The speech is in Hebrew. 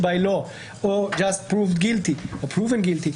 או פרוב גילטי או פרובן גילטי.